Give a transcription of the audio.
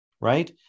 right